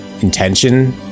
intention